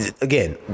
Again